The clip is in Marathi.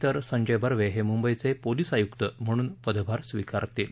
तर संजय बर्वे हे मुंबईचे पोलीस आयुक्त म्हणून पदभार स्वीकारतील